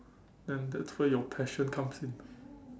then that's where your passion comes in